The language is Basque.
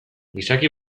gizaki